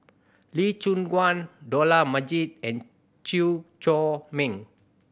Lee Choon Guan Dollah Majid and Chew Chor Meng